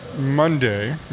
Monday